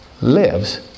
lives